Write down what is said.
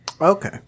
Okay